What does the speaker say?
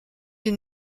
une